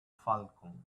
falcon